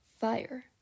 Fire